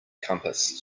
compass